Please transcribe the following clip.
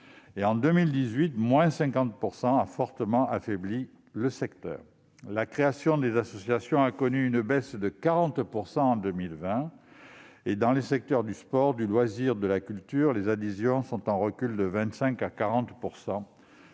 en 2018 -ayant fortement affaibli le secteur. La création des associations a connu une baisse de 40 % en 2020 et, dans les secteurs du sport, du loisir et de la culture, les adhésions sont en recul de 25 % à 40